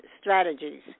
strategies